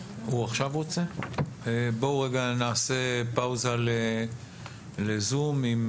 בואו נעשה פאוזה ל-זום עם